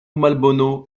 malbono